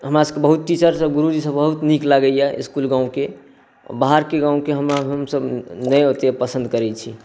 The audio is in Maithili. हमरासभके बहुत टीचर सभ गुरुजीसभ बहुत नीक लगैया इसकुल गाँवके बाहरके गाँवके हमसभ नहि ओतय पसंद करय छी